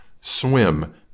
Swim